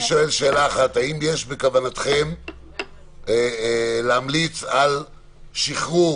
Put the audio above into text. האם יש בכוונתכם להמליץ על שחרור